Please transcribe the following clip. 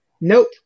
nope